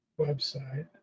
website